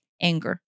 anger